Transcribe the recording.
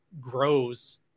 grows